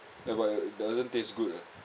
ya but doesn't taste good ah